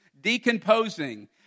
decomposing